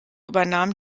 übernahm